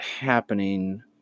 happening